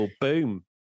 Boom